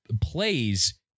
plays